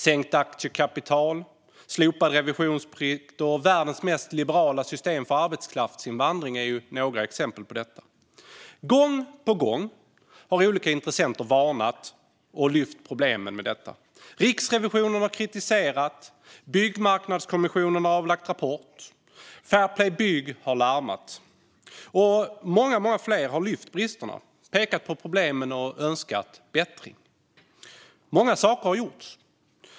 Sänkt aktiekapital, slopad revisionsplikt och världens mest liberala system för arbetskraftsinvandring är några exempel på detta. Gång på gång har olika intressenter varnat och lyft problemen med detta. Riksrevisionen har kritiserat. Byggmarknadskommissionen har avlagt rapport. Fair Play Bygg har larmat. Många fler har lyft bristerna, pekat på problemen och önskat bättring. Många saker har gjorts.